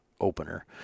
opener